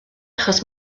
achos